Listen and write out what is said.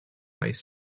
ice